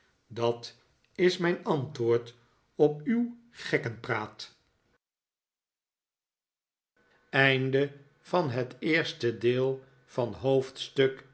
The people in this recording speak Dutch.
dat is mijn antwoord op uw gekkenpraat